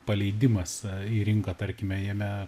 paleidimas į rinką tarkime jame